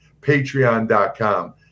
Patreon.com